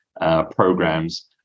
programs